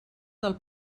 del